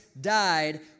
died